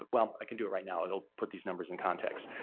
ah well, i can do it right now. it will put these numbers in context.